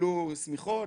קיבלו שמיכות,